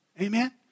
Amen